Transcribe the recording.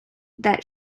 that